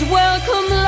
welcome